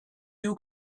you